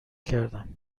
کردم